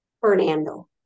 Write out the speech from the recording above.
Fernando